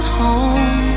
home